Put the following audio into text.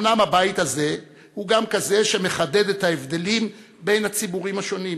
אומנם הבית הזה הוא גם כזה שמחדד את ההבדלים בין הציבורים השונים,